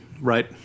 right